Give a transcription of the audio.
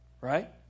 right